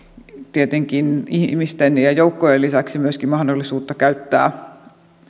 tietenkin ihmisten ja joukkojen lisäksi myöskin mahdollista käyttää